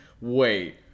Wait